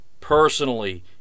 personally